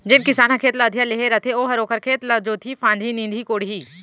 जेन किसान ह खेत ल अधिया लेहे रथे ओहर ओखर खेत ल जोतही फांदही, निंदही कोड़ही